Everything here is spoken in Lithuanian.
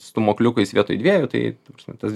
stūmokliukais vietoj dviejų tai ta prasme tas